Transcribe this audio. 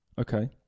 Okay